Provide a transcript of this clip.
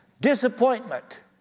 disappointment